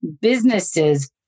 businesses